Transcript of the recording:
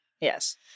Yes